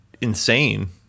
insane